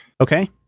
Okay